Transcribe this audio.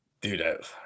dude